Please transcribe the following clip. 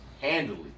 handily